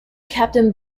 captain